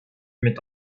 mit